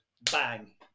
bang